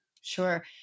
Sure